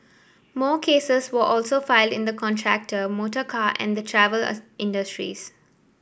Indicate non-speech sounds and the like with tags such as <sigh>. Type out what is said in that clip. more cases were also filed in the contractor motorcar and the travel <hesitation> industries